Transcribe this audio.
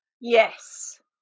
yes